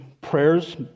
prayers